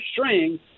string